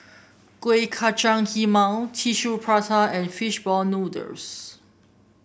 Kueh Kacang Tissue Prata and fish ball noodles